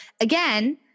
again